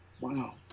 wow